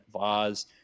Vaz